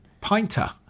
pinter